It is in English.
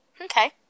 Okay